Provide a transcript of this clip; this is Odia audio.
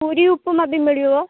ପୁରୀ ଉପମା ବି ମିଳିବ